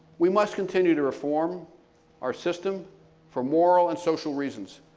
we must continue to reform our system for moral and social reasons,